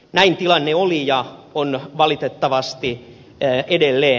näin tilanne oli ja on valitettavasti edelleen